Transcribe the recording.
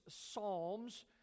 psalms